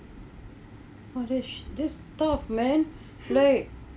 foolish this tough man like